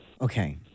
Okay